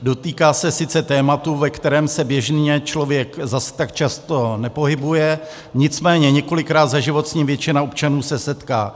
Dotýká se sice tématu, ve kterém se běžně člověk zase tak často nepohybuje, nicméně několikrát za život se s ním většina občanů setká.